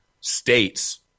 states